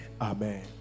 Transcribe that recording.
Amen